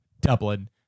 Dublin